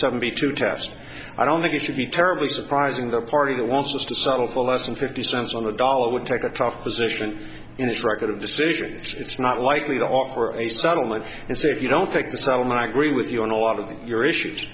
seventy two test i don't think you should be terribly surprising the party that wants to settle for less than fifty cents on the dollar would take a tough position in this record of decision it's not likely to offer a settlement and so if you don't take the salad i agree with you on a lot of your issues